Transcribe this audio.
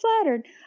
flattered